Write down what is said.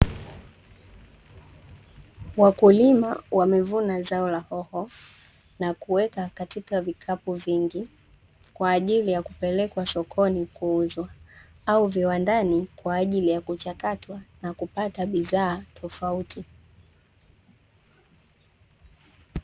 Wakulima wamevuna zao la hoho na kuweka katika vikapu vingi, kwa ajili ya kupelekwa sokoni kuuzwa au viwandani kwa ajili ya kuchakatwa na kupata bidhaa tofauti.